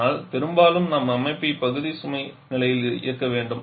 ஆனால் பெரும்பாலும் நாம் அமைப்பை பகுதி சுமை நிலையில் இயக்க வேண்டும்